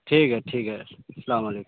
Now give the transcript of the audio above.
ٹھیک ہے ٹھیک ہے السّلام علیکم